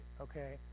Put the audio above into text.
okay